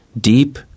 deep